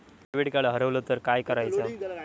Debit card हरवल तर काय करायच?